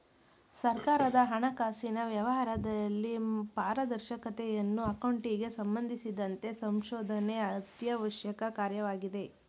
ಸರ್ಕಾರದ ಹಣಕಾಸಿನ ವ್ಯವಹಾರದಲ್ಲಿ ಪಾರದರ್ಶಕತೆಯನ್ನು ಅಕೌಂಟಿಂಗ್ ಸಂಬಂಧಿಸಿದಂತೆ ಸಂಶೋಧನೆ ಅತ್ಯವಶ್ಯಕ ಕಾರ್ಯವಾಗಿದೆ